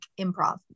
improv